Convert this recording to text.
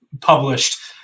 published